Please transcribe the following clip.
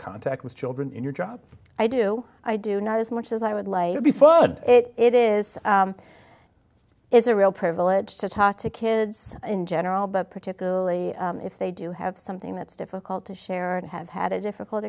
contact with children in your job i do i do not as much as i would like to be followed it is it's a real privilege to talk to kids in general but particularly if they do have something that's difficult to share and have had a difficult